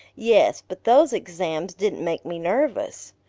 yes, but those exams didn't make me nervous.